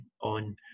on